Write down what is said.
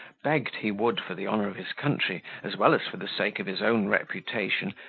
begged he would, for the honour of his country, as well as for the sake of his own reputation,